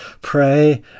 pray